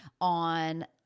on